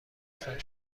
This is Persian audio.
خطری